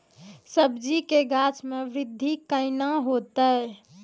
सब्जी के गाछ मे बृद्धि कैना होतै?